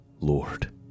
Lord